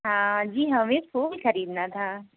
हाँ जी हमें फूल ख़रीदना था